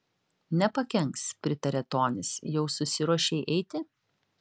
nepakenks pritarė tonis jau susiruošei eiti